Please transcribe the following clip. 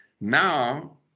Now